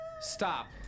Stop